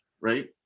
right